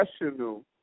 professional